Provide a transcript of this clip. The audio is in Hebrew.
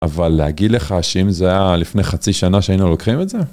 אבל להגיד לך שאם זה היה לפני חצי שנה שהיינו לוקחים את זה?